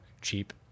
cheap